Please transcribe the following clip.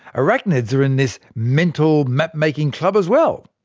arachnids are in this mental map-making club as well.